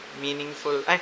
Meaningful